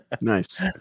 Nice